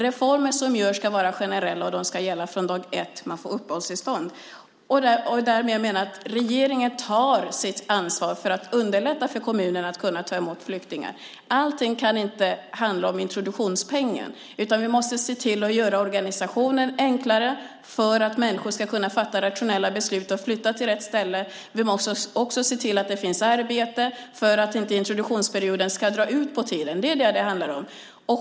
Reformer som görs ska vara generella och gälla från dag 1 när människor får uppehållstillstånd. Därmed menar jag att regeringen tar sitt ansvar för att underlätta för kommunerna att kunna ta emot flyktingar. Allting kan inte handla om introduktionspengen. Vi måste se till att göra organisationen enklare för att människor ska kunna fatta rationella beslut och flytta till rätt ställe. Vi måste också se till att det finns arbete för att inte introduktionsperioden ska dra ut på tiden. Det är vad det handlar om.